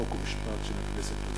חוק ומשפט.